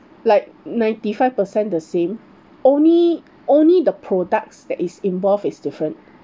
like ninety five percent the same only only the products that is involved is different